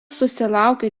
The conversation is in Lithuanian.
susilaukė